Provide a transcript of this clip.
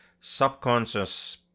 subconscious